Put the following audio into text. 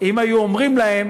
אם היו אומרים להם